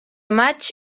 maig